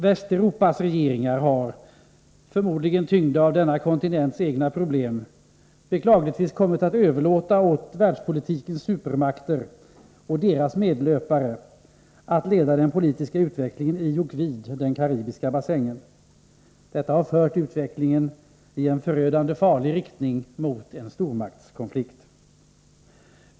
Västeuropas regeringar har, förmodligen tyngda av kontinentens egna problem, beklagligtvis kommit att överlåta åt världspolitikens supermakter och deras medlöpare att leda den politiska utvecklingen i och vid den karibiska bassängen. Detta har fört utvecklingen i en förödande farlig - Nr 103 riktning mot en stormaktskonflikt.